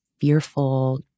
fearful